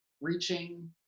reaching